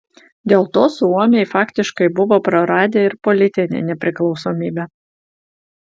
dėl to suomiai faktiškai buvo praradę ir politinę nepriklausomybę